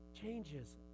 Changes